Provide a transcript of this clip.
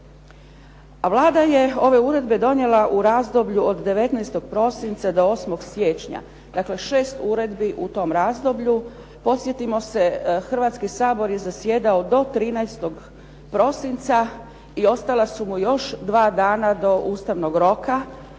A Vlada je ove uredbe donijela u razdoblju od 19. prosinca do 8. siječnja, dakle šest uredbi u tom razdoblju. Podsjetimo se, Hrvatski sabor je zasjedao do 13. prosinca i ostala su mu još dva dana do ustavnog roka.